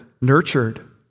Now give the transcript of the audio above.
nurtured